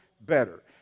better